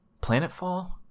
Planetfall